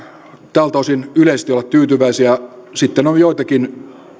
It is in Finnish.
tältä osin yleisesti olla tyytyväisiä sitten on joitakin